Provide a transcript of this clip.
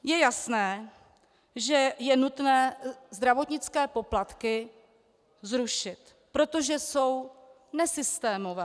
Je jasné, že je nutné zdravotnické poplatky zrušit, protože jsou nesystémové.